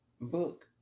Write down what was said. Book